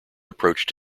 approached